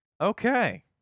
Okay